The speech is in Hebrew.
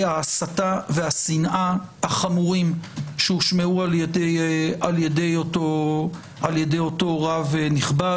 ההסתה והשנאה החמורים שהושמעו על ידי אותו רב נכבד.